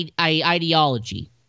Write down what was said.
ideology